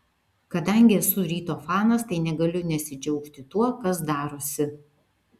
kadangi esu ryto fanas tai negaliu nesidžiaugti tuo kas darosi